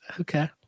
Okay